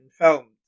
filmed